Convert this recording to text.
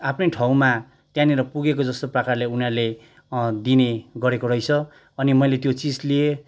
आफ्नै ठाउँमा त्यहाँनिर पुगेको जस्तो प्रकारले उनीहरूले दिने गरेको रहेछ अनि मैले त्यो चिज लिएँ